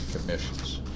commissions